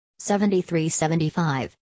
73-75